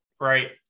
Right